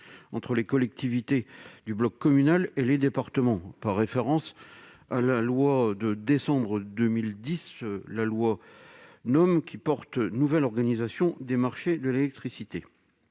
entre les collectivités du bloc communal et les départements, conformément à la loi de décembre 2010 portant nouvelle organisation du marché de l'électricité,